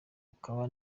ukaba